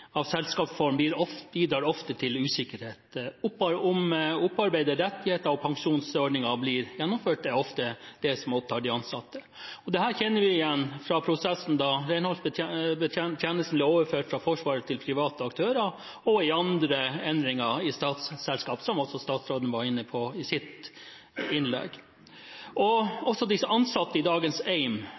av selskapsform er at det ofte bidrar til usikkerhet. Om opparbeidede rettigheter og pensjonsordninger blir gjennomført, er ofte det som opptar de ansatte. Dette kjenner vi igjen fra prosessen da renholdstjenesten ble overført fra Forsvaret til private aktører, og fra andre endringer i statsselskap, noe også statsråden var inne på i sitt innlegg. De ansatte i dagens